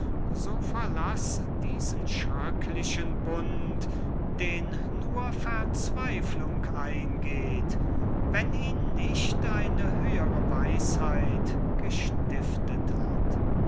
so verlaß diesen schröcklichen bund den nur verzweiflung eingeht wenn ihn nicht eine höhere weisheit gestiftet hat